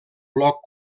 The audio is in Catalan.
bloc